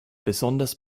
besonders